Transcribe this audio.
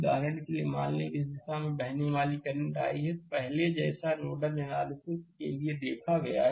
उदाहरण के लिए मान लें कि इस दिशा में बहने वाली करंट i है तो पहले जैसा नोडल एनालिसिस के लिए देखा गया है